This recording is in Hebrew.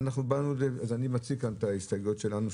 אני מציג כאן את ההסתייגויות שלנו.